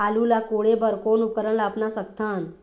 आलू ला कोड़े बर कोन उपकरण ला अपना सकथन?